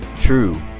true